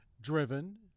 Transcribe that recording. driven